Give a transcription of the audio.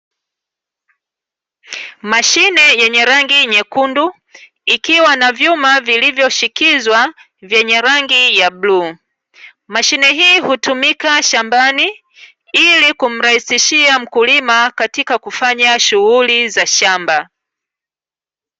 Mashine yenye rangi nyekundu, ikiwa na vyuma vilivyoshikizwa vyenye rangi ya bluu. Mashine hii hutumika shambani, ili kumrahisishia mkulima katika kufanya shughuli za shamba.